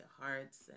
hearts